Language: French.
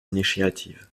initiative